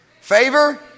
favor